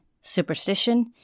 superstition